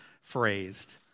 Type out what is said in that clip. phrased